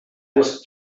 was